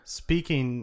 speaking